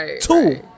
two